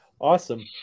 awesome